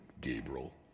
Gabriel